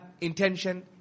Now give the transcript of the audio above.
intention